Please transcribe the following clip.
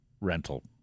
rental